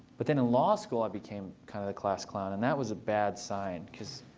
but then in law school i became kind of the class clown. and that was a bad sign, because